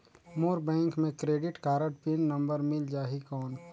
मोर bank मे credit card pin number मिल जाहि कौन?